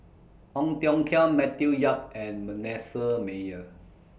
Ong Tiong Khiam Matthew Yap and Manasseh Meyer